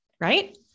Right